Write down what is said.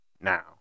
now